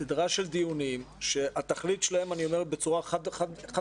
סדרה של דיונים שהתכלית שלהם ואני אומר את זה בצורה חד משמעית